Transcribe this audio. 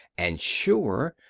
and sure,